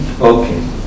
Okay